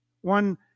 One